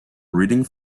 reading